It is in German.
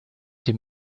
dem